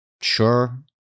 sure